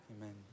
Amen